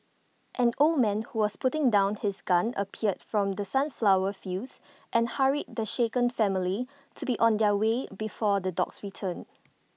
an old man who was putting down his gun appeared from the sunflower fields and hurried the shaken family to be on their way before the dogs return